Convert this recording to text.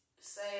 say